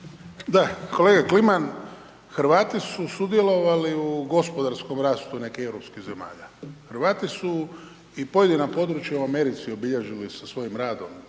Da, kolega Kliman, Hrvati su sudjelovali u gospodarskom rastu nekih europskih zemalja. Hrvati su i pojedina područja u Americi obilježili sa svojim radom,